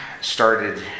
started